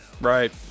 Right